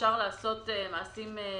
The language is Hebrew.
אפשר לעשות מעשים.